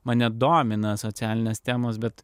mane domina socialinės temos bet